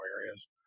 areas